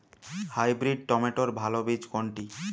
Hybrid টমেটোর ভালো বীজ কোনটি?